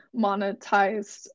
monetized